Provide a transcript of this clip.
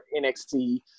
NXT